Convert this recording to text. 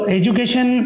education